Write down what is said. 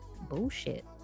bullshit